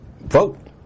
vote